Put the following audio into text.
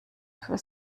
für